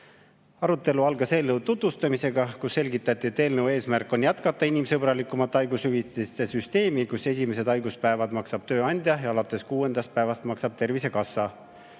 Arutelu algas eelnõu tutvustamisega. Selgitati, et eelnõu eesmärk on jätkata inimsõbralikumat haigushüvitiste süsteemi, kus esimeste haiguspäevade eest maksab tööandja ja alates kuuendast päevast Tervisekassa.